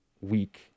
week